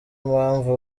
impamvu